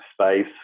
space